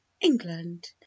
England